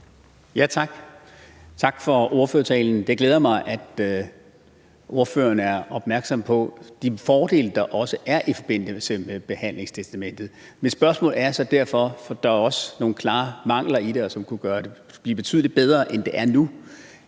Tak. Tak for ordførertalen. Det glæder mig, at ordføreren er opmærksom på de fordele, der også er i forbindelse med behandlingstestamentet, men der er også nogle klare mangler i det, og det kunne blive betydelig bedre, end det er nu,